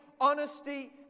honesty